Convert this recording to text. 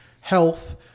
health